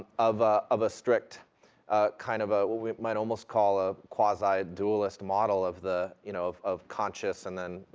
of ah of a strict kind of a, what we might almost call a quasi-dualist model of the, you know, of of conscious, and then,